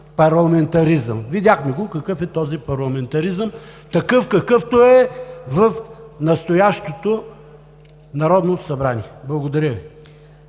парламентаризъм. Видяхме го какъв е този парламентаризъм – такъв, какъвто е в настоящото Народно събрание. Благодаря Ви.